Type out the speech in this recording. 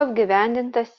apgyvendintas